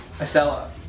Estella